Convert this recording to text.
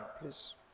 please